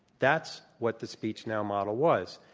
that's what the speechnow model was.